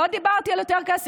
לא דיברתי על יותר כסף.